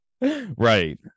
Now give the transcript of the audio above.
right